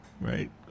right